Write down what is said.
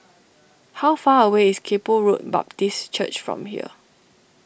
how far away is Kay Poh Road Baptist Church from here